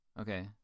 Okay